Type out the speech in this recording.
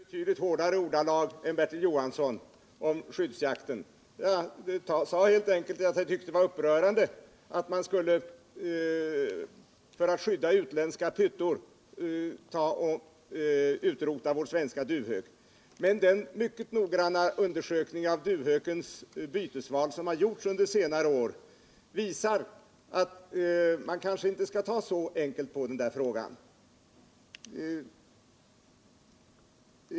Herr talman! Jag har i jägarsammanhang en gång i tiden uttalat mig i betydligt hårdare ordalag än Bertil Johansson om skyddsjakten. Jag sade helt enkelt att jag tyckte det var upprörande att man för att skydda utländska ”pyttor” skulle utrota vår svenska duvhök. Den mycket noggranna undersökning av duvhökens bytesval som har gjorts under senare år visar emellertid: att man kanske inte skall ta så enkelt på frågan.